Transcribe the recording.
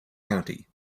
county